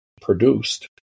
produced